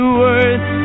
words